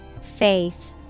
Faith